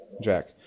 Jack